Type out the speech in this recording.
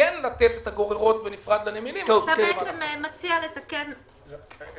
וכן ננתב את הגוררות בנפרד- -- אתה מציע לתקן